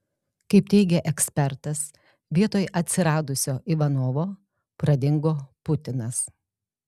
kaip teigia ekspertas vietoj atsiradusio ivanovo pradingo putinas